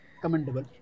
commendable